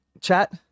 Chat